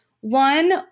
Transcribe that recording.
One